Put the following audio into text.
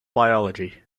biology